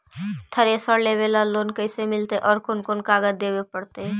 Thresher लेबे ल loan कैसे मिलतइ और कोन कोन कागज देबे पड़तै?